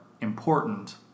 important